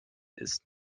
ist